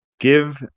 Give